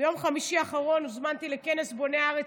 ביום חמישי האחרון הוזמנתי לכנס "בוני הארץ",